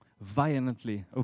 violently